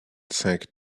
sank